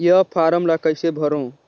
ये फारम ला कइसे भरो?